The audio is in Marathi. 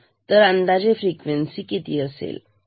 तर अंदाजे फ्रिक्वेन्सी किती असेल